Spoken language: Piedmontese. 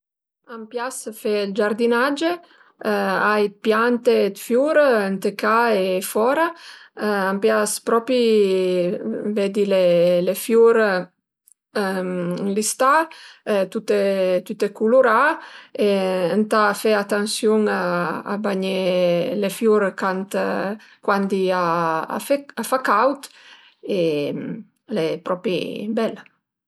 A m'pias fe ël giardinage, ai 'd piante e 'd fiur ënt e ca e fora, a m'pias propri veddi le fiur l'istà tute tüte culurà e ëntà fe atansiun a bagné le fiur cant cuandi a fe a fa caud e l'e propi bel